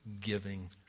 giving